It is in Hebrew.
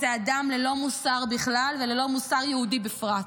זה אדם ללא מוסר בכלל וללא מוסר יהודי בפרט.